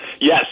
Yes